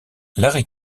larry